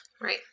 Right